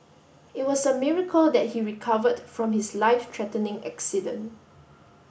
it was a miracle that he recovered from his life threatening accident